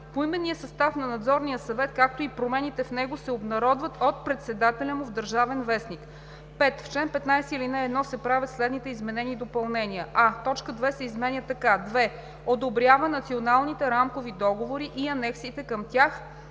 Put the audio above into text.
Поименният състав на Надзорния съвет, както и промените в него, се обнародват от председателя му в „Държавен вестник“. 5. В чл. 15, ал. 1 се правят следните изменения и допълнения: а) точка 2 се изменя така: „2. одобрява националните рамкови договори и анексите към тях,